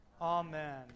Amen